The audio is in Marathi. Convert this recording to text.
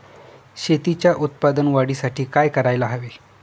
शेतीच्या उत्पादन वाढीसाठी काय करायला हवे?